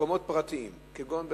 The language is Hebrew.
מקומות פרטיים, כגון חניונים,